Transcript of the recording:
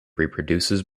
reproduces